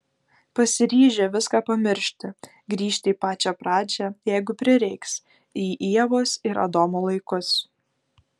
pasiryžę viską pamiršti grįžti į pačią pradžią jeigu prireiks į ievos ir adomo laikus